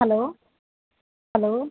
hello hello